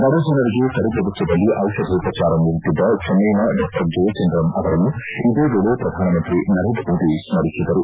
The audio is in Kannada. ಬಡಜನರಿಗೆ ಕಡಿಮೆ ವೆಚ್ವದಲ್ಲಿ ದಿಷಧೋಪಚಾರ ನೀಡುತ್ತಿದ್ದ ಚೆನ್ನೈನ ಡಾ ಜಯಚಂದ್ರನ್ ಅವರನ್ನು ಇದೇ ವೇಳೆ ಪ್ರಧಾನಮಂತ್ರಿ ನರೇಂದ್ರ ಮೋದಿ ಸ್ತರಿಸಿದರು